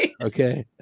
Okay